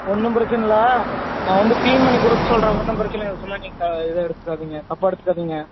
ஒன்றும் பிரச்சனைல்ல நான் வந்து கிளீன் பண்ணி கொடுக்க சொல்கிறேன் ஒன்றும் பிரச்சனைல்ல சும்மா நீங்கள் தப்பாக எடுத்துக்காதீங்க